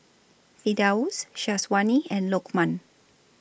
Firdaus Syazwani and Lokman